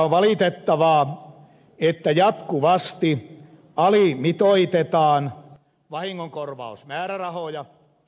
on valitettavaa että jatkuvasti alimitoitetaan vahingonkorvausmäärärahoja